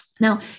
Now